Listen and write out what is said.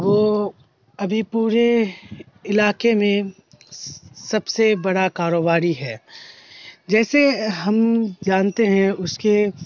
وہ ابھی پورے علاقے میں سب سے بڑا کاروباری ہے جیسے ہم جانتے ہیں اس کے